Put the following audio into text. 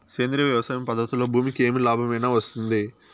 సేంద్రియ వ్యవసాయం పద్ధతులలో భూమికి ఏమి లాభమేనా వస్తుంది?